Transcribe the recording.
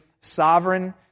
sovereign